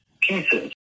pieces